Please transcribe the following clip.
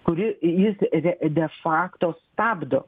kuri jis de fakto stabdo